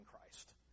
Christ